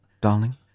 darling